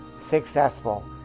successful